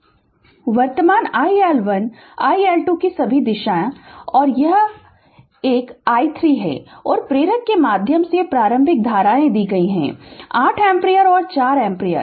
Refer Slide Time 0116 वर्तमान iL1 iL2 की सभी दिशा और यह एक और i3 है और प्रेरक के माध्यम से प्रारंभिक धारा दी गई है 8 एम्पीयर और 4 एम्पीयर